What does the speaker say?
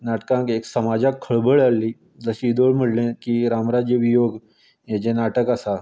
नाटकान एक समाजाक खळबळ हाडली जशें येदोळ म्हणलें की रामराज्य वियोग हें जें नाटक आसा